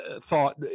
thought